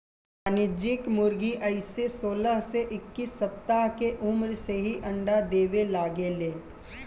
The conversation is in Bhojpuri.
वाणिज्यिक मुर्गी अइसे सोलह से इक्कीस सप्ताह के उम्र से ही अंडा देवे लागे ले